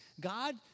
God